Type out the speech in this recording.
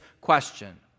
question